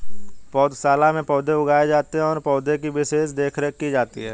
पौधशाला में पौधे उगाए जाते हैं और पौधे की विशेष देखरेख की जाती है